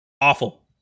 Awful